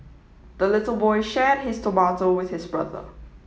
the little boy shared his tomato with his brother